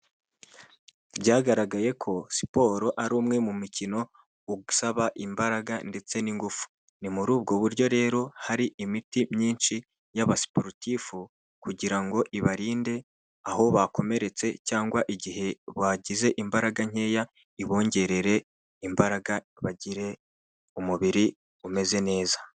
Byagaragaye ko siporo ari umwe mu mikino ugusaba imbaraga ndetse n'ingufu ni muri ubwo buryo rero hari imiti myinshi y'aba sporutifu kugira ngo ibarinde aho bakomeretse cyangwa igihe bagize imbaraga nkeya ibongerere imbaraga bagire umubiri umeze neza.